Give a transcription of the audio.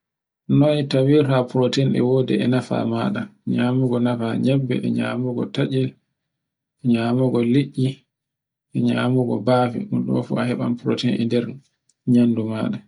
Noy tawirta protein e wodi e nefan maɗa. Nyamugo nefa nebbe, e nyamugo taccel,e nyamugo liɗɗi e nyamugo bafe. On ɗon fu a tawan protein e nder nyamudu maɗa.